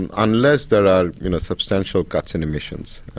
and unless there are you know substantial cuts in emissions,